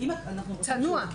צנוע.